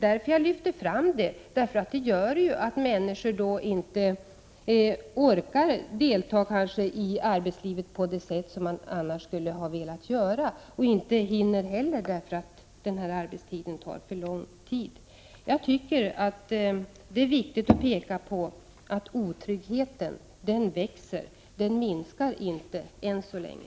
Det medför ju att människor inte orkar delta i arbetslivet på det sätt som man annars skulle ha velat göra — och inte heller hinner därför att arbetsresorna tar för lång tid. Jag tycker att det är viktigt att peka på att otryggheten växer; den minskar inte, än så länge.